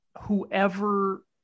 whoever